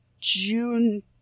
June